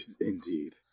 Indeed